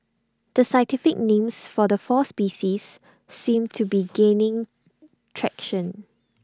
the scientific names for the four species seem to be gaining traction